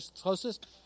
closest